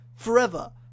Forever